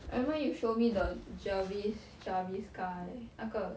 I remember you show me the jervis jarvis guy 那个